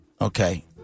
Okay